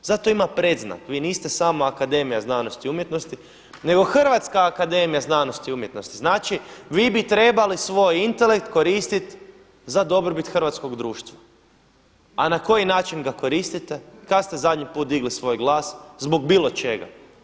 Zato ima predznak, vi niste samo Akademija znanosti i umjetnosti, nego Hrvatska akademija znanosti i umjetnosti, znači vi bi trebali svoj intelekt koristiti za dobrobit hrvatskog društva a na koji način ga koristite, kad ste zadnji put digli svoje glas zbog bilo čega?